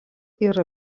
yra